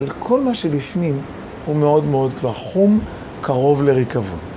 כל מה שלפנים הוא מאוד מאוד כבר חום קרוב לריקבון.